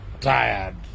tired